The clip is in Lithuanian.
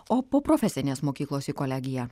o po profesinės mokyklos į kolegiją